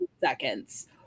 seconds